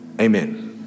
amen